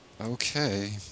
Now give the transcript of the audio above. Okay